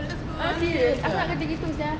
oh serious aku nak kerja gitu sia